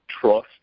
trust